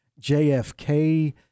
JFK